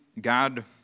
God